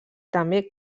també